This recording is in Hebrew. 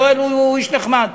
יואל הוא איש נחמד,